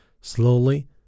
Slowly